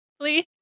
please